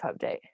update